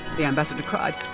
the ambassador cried.